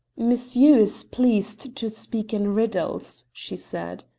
monsieur is pleased to speak in riddles, she said.